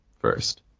first